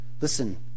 Listen